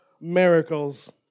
miracles